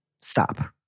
stop